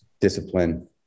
discipline